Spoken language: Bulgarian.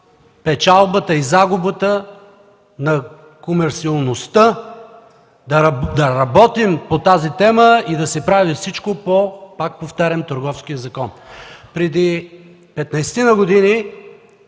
печалбата и загубата, на комерсиалността, да работим по тази тема и да се прави всичко, пак повтарям, по Търговския закон. Преди 15-ина години